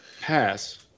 Pass